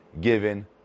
given